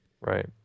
right